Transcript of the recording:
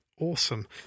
Awesome